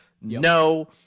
No